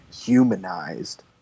humanized